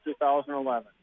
2011